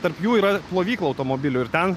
tarp jų yra plovykla automobilių ir ten